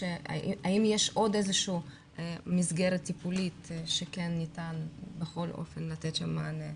האם יש עוד איזה שהיא מסגרת טיפולית שכן ניתן בכל אופן לתת שם מענה.